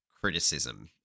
criticism